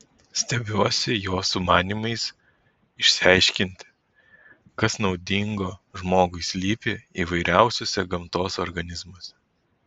stebiuosi jo sumanymais išsiaiškinti kas naudingo žmogui slypi įvairiausiuose gamtos organizmuose